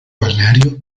balneario